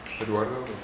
Eduardo